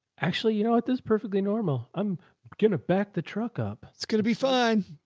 actually, you know, at this perfectly normal, i'm going to back the truck up. it's going to be fine.